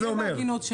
תהיה בהגינות,